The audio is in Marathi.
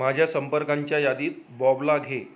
माझ्या संपर्कांच्या यादीत बॉबला घे